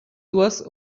duos